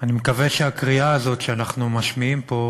ואני מקווה שהקריאה הזאת שאנחנו משמיעים פה,